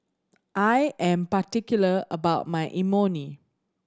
I am particular about my Imoni